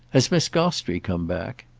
has miss gostrey come back?